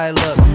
look